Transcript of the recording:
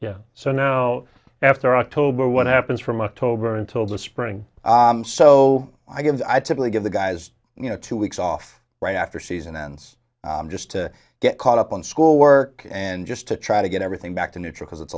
so know after october what happens from october until the spring so i guess i'd simply give the guys you know two weeks off right after season ends just to get caught up on schoolwork and just to try to get everything back to neutral cause it's